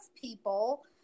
people